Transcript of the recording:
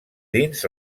dins